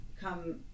come